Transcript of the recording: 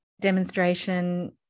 demonstration